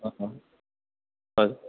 अँ हजुर